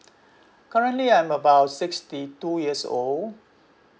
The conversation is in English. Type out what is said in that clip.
currently I'm about sixty two years old